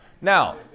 Now